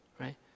right